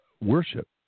worship